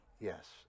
Yes